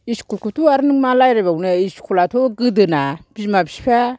इस्कुलखौथ' आरो मा रायलायबावनो इस्कुलाथ' गोदोना बिमा फिफा